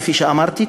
כפי שאמרתי,